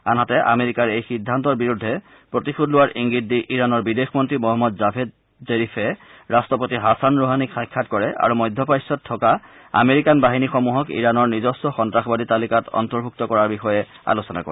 আনহাটে আমেৰিকাৰ এই সিদ্ধান্তৰ বিৰুদ্ধে প্ৰতিশোধ লোৱাৰ ইংগিত দি ইৰাণৰ বিদেশ মন্ত্ৰী মহম্মদ জাভেদ জেৰিফে ৰাট্টপতী হাচান ৰোহানিক সাক্ষাৎ কৰে আৰু মধ্যপ্ৰাচ্যত থকা আমেৰিকান বাহিনী সমূহক ইৰাণৰ নিজস্ব সন্তাসবাদী তালিকাত অন্তৰ্ভূক্ত কৰাৰ বিষয়ে আলেচানা কৰে